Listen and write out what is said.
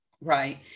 Right